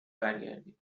برگردی